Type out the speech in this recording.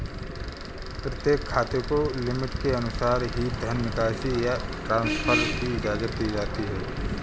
प्रत्येक खाते को लिमिट के अनुसार ही धन निकासी या ट्रांसफर की इजाजत दी जाती है